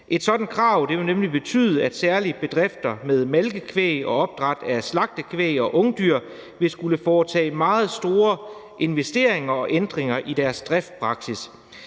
Et sådant krav vil nemlig betyde, at særlig bedrifter med malkekvæg og opdræt af slagtekvæg og ungdyr vil skulle foretage meget store investeringer og ændringer i deres driftspraksis.